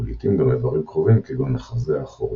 ולעיתים גם איברים קרובים כגון החזה האחורי.